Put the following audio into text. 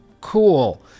cool